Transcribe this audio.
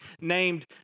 named